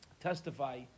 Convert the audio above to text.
testify